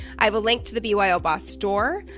i have a link to the byoboss store,